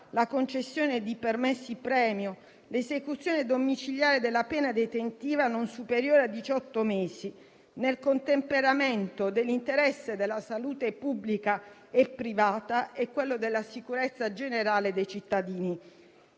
la concessione di permessi premio, l'esecuzione domiciliare della pena detentiva non superiore a diciotto mesi, nel contemperamento degli interessi della salute pubblica e privata e di quello della sicurezza generale dei cittadini.